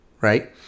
right